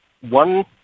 One